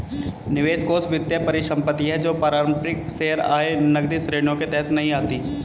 निवेश कोष वित्तीय परिसंपत्ति है जो पारंपरिक शेयर, आय, नकदी श्रेणियों के तहत नहीं आती